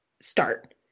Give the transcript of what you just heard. start